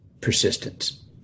persistence